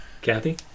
Kathy